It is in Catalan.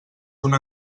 una